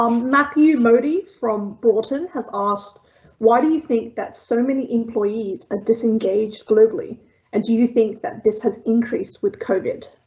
um matthew modi from broughton has asked why do you think that so many employees are disengaged globally and do you think that this has increased with covid.